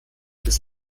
des